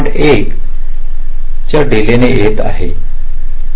1 तीच्या डिलेने येत आहे